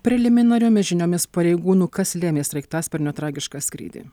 preliminariomis žiniomis pareigūnų kas lėmė sraigtasparnio tragišką skrydį